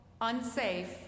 unsafe